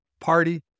party